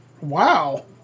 Wow